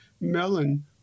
melon